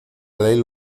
ley